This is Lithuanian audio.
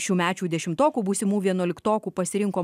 šiųmečių dešimtokų būsimų vienuoliktokų pasirinko